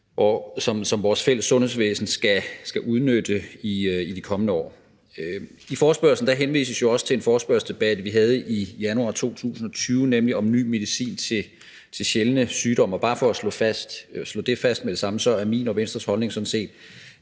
som vores fælles sundhedsvæsen skal udnytte i de kommende år. I forespørgslen henvises også til en forespørgselsdebat, vi havde i januar 2020, nemlig om ny medicin til sjældne sygdomme, og bare for at slå det fast med det samme er min og Venstres holdning sådan set